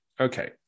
okay